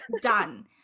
done